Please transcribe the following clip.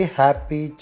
happy